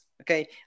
Okay